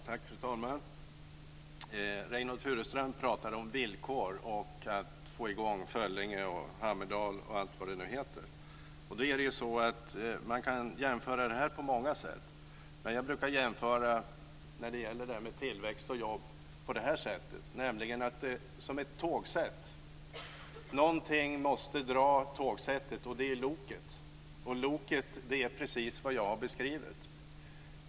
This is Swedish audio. Fru talman! Reynoldh Furustrand pratade om villkor och om att få i gång Föllinge och Hammerdal. Man kan göra många olika jämförelser. Men jag brukar jämföra detta med tillväxt och jobb med ett tågsätt. Någonting måste dra tågsättet, och det är loket. Loket är precis vad jag har beskrivit.